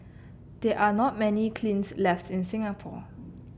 there are not many kilns left in Singapore